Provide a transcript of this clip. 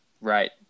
right